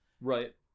Right